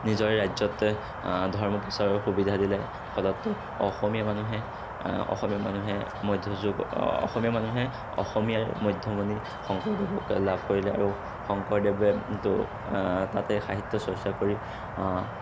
নিজৰ ৰাজ্যত ধৰ্ম প্ৰচাৰৰ সুবিধা দিলে ফলত অসমীয়া মানুহে অসমীয়া মানুহে মধ্যযুগ অসমীয়া মানুহে অসমীয়াৰ মধ্যমণি শংকৰদেৱক লাভ কৰিলে আৰু শংকৰদেৱে ত' তাতে সাহিত্য চৰ্চা কৰি